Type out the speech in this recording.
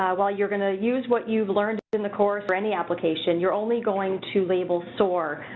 while you're going to use what you've learned in the course or any application, you're only going to label soar